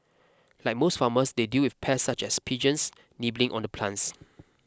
like most farmers they deal with pests such as pigeons nibbling on the plants